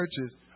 churches